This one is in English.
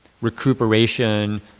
recuperation